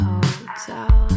Hotel